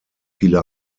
viele